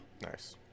Nice